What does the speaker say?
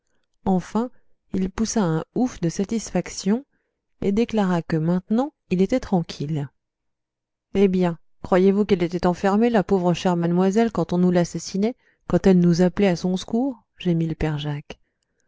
enfin il poussa un ouf de satisfaction et déclara que maintenant il était tranquille eh bien croyez-vous qu'elle était enfermée la pauvre chère mademoiselle quand on nous l'assassinait quand elle nous appelait à son secours gémit le père jacques